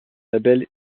label